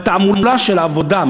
בתעמולה של העבודה,